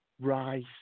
rise